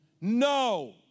No